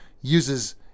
uses